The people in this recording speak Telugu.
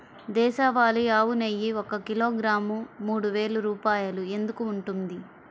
దేశవాళీ ఆవు నెయ్యి ఒక కిలోగ్రాము మూడు వేలు రూపాయలు ఎందుకు ఉంటుంది?